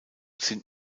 sind